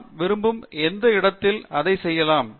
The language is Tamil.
நாம் விரும்பும் எந்த இடத்தில் அதை செய்யலாம்